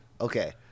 okay